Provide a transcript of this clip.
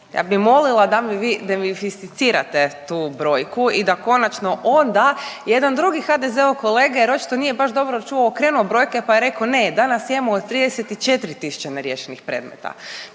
Ja bi molila da mi vi demistificirate tu brojku i da konačno onda jedan drugi HDZ-ov kolega jer očito nije baš dobro čuo okrenuo brojke pa je rekao, ne danas imamo 34 tisuće neriješenih predmeta,